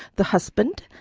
the husband,